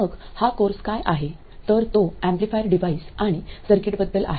मग हा कोर्स काय आहे तर तो एम्पलीफायर डिव्हाइस आणि सर्किटबद्दल आहे